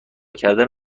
کردن